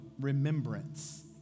remembrance